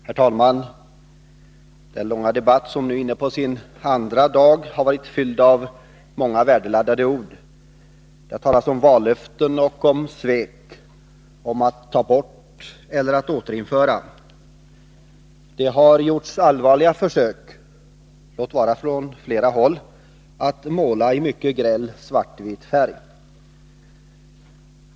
Herr talman! Denna långa debatt, som nu är inne på sin andra dag, har varit fylld av många värdeladdade ord. Det har talats om vallöften och om svek, om att ta bort eller att återinföra. Det har gjorts allvarliga försök — låt vara från flera håll — att måla helt i svart och vitt.